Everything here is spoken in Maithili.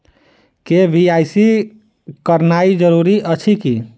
के.वाई.सी करानाइ जरूरी अछि की?